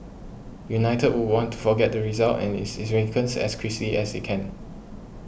United will want to forget the result and its as as they can